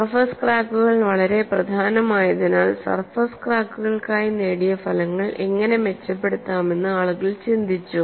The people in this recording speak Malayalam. സർഫസ് ക്രാക്കുകൾ വളരെ പ്രധാനമായതിനാൽ സർഫസ് ക്രാക്കുകൾക്കായി നേടിയ ഫലങ്ങൾ എങ്ങനെ മെച്ചപ്പെടുത്താമെന്ന് ആളുകൾ ചിന്തിച്ചു